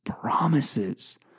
promises